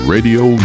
Radio